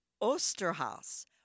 Osterhaus